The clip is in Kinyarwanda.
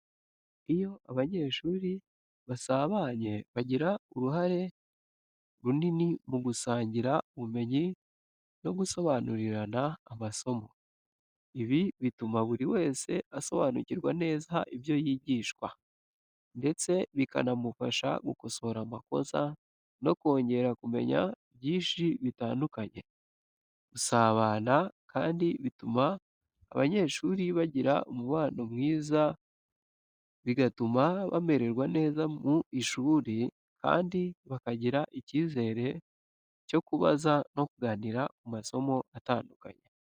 Iyo abanyeshuri basabanye, bigira uruhare runini mu gusangira ubumenyi no gusobanurirana amasomo. Ibi bituma buri wese asobanukirwa neza ibyo yigishwa, ndetse bikanamufasha gukosora amakosa no kongera kumenya byinshi bitandukanye. Gusabana kandi bituma abanyeshuri bagira umubano mwiza, bigatuma bamererwa neza mu ishuri kandi bakagira icyizere cyo kubaza no kuganira ku masomo atandukanye.